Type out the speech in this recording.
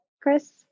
chris